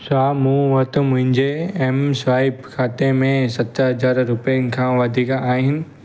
छा मूं वटि मुंहिंजे एम स्वाइप खाते में सत हज़ार रुपियनि खां वधीक आहिनि